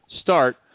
start